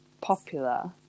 popular